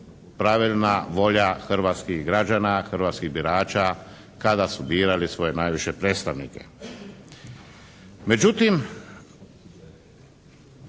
pravilna volja hrvatskih građana, hrvatskih birača kada su birali svoje najviše predstavnike. Međutim,